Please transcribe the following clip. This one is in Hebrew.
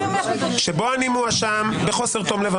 שבו אני מואשם בחוסר תום לב,